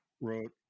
wrote